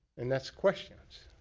and that's questions.